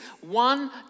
one